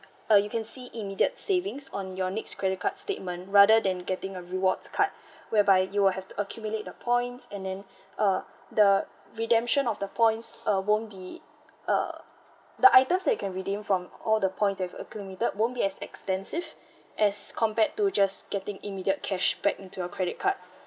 uh you can see immediate savings on your next credit card statement rather than getting a rewards card whereby you will have to accumulate the points and then uh the redemption of the points uh won't be uh the items you can redeem from all the points accumulated won't be as extensive as compared to just getting immediate cashback into your credit card